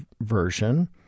Version